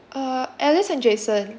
uh alice and jason